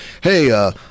hey